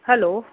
hello